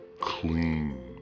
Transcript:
clean